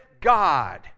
God